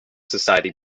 society